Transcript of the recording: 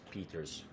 Peter's